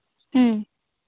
ᱦᱩᱸ